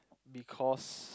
because